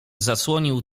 zasłonił